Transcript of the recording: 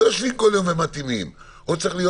לא יושבים כל יום ומתאימים או שצריכות להיות